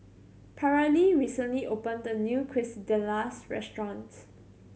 Paralee recently opened a new Quesadillas restaurant